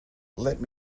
let